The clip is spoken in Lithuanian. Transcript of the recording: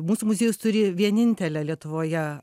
mūsų muziejus turi vienintelę lietuvoje